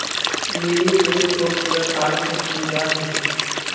lily फुल खूबसूरत आर खुशबूदार होचे